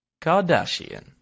Kardashian